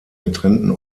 getrennten